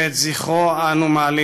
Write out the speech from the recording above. שאת זכרו אנו מעלים